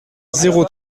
zéro